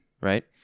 Right